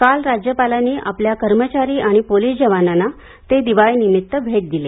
काल राज्यपालांनी आपल्या कर्मचारी आणि पोलीस जवानांना ते दिवाळीनिमित्त भेट दिले